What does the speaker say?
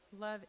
love